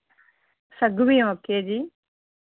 సగ్గుబియ్యం ఒక కేజీ